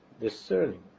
discerning